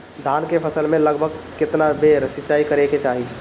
धान के फसल मे लगभग केतना बेर सिचाई करे के चाही?